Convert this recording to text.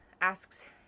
asks